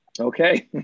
Okay